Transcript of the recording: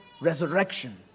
resurrection